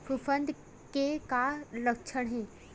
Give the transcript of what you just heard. फफूंद के का लक्षण हे?